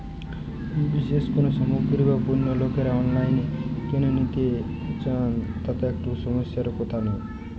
বিশেষ কোনো সামগ্রী বা পণ্য লোকেরা অনলাইনে কেন নিতে চান তাতে কি একটুও সমস্যার কথা নেই?